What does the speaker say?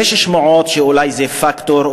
יש שמועות שאולי זה פקטור,